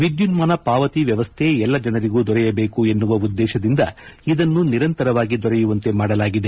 ವಿದ್ಯುನ್ಮಾನ ಪಾವತಿ ವ್ಯವಸ್ಥೆ ಎಲ್ಲಾ ಜನರಿಗೂ ದೊರೆಯಬೇಕು ಎನ್ನುವ ಉದ್ದೇಶದಿಂದ ಇದನ್ನು ನಿರಂತರವಾಗಿ ದೊರೆಯುವಂತೆ ಮಾಡಲಾಗಿದೆ